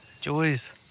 Joys